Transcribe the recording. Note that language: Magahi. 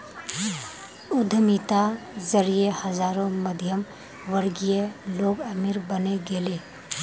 उद्यमिता जरिए हजारों मध्यमवर्गीय लोग अमीर बने गेले